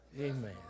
Amen